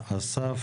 אסף